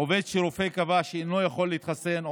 עובד שרופא קבע שאינו יכול להתחסן,